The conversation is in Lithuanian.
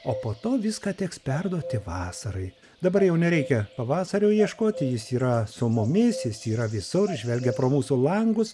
o po to viską teks perduoti vasarai dabar jau nereikia pavasario ieškoti jis yra su mumis jis yra visur žvelgia pro mūsų langus